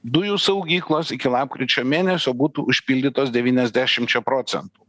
dujų saugyklos iki lapkričio mėnesio būtų užpildytos devyniasdešimčia procentų